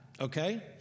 okay